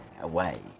away